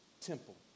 temple